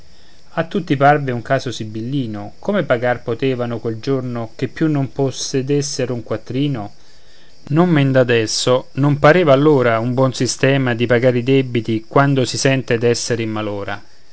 a tutti parve un caso sibillino come pagar potevano quel giorno che più non possedessero un quattrino non men d'adesso non pareva allora un buon sistema di pagare i debiti quando si sente d'essere in malora